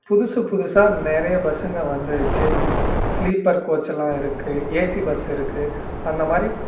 புதுசு புதுசா நிறைய பஸ்ஸுங்க வந்துருச்சு ஸ்லீப்பர் கோச்செல்லாம் இருக்குது ஏசி பஸ்ஸு இருக்குது அந்த மாதிரி